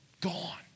gone